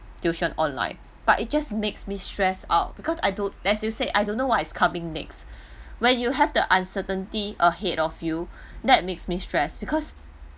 tuition online but it just makes me stress out because I don't as you say I don't know what is coming next when you have the uncertainty ahead of you that makes me stress because